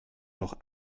noch